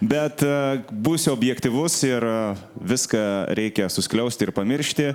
bet būsiu objektyvus ir viską reikia suskliausti ir pamiršti